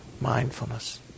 mindfulness